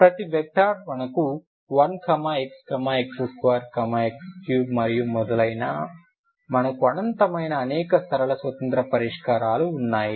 ప్రతి వెక్టర్ మనకు 1 x x2 x3 మరియు మొదలైన మనకు అనంతమైన అనేక సరళమైన స్వతంత్ర పరిష్కారాలు ఉన్నాయి